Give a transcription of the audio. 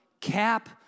Cap